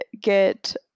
get